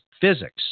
physics